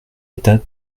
état